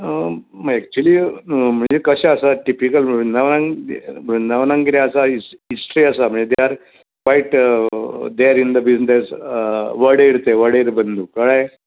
actually म्हणजे कशें आसा टिपिकल वृंदावनान वृंदावनान किदें आसा हिस्ट हिस्ट्री आसा म्हन्जे they are quite they are in the business वडेर ते वडेर बंदू कळें